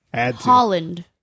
Holland